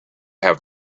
have